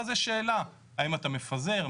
ואז יש שאלה האם אתה מפזר,